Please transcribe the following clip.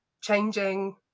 changing